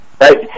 Right